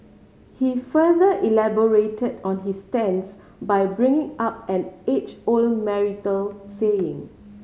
he further elaborated on his stance by bringing up an age old marital saying